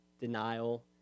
denial